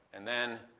and then,